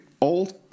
old